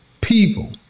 people